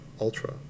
Ultra